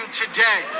today